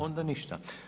Onda ništa.